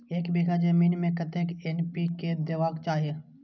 एक बिघा जमीन में कतेक एन.पी.के देबाक चाही?